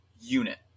unit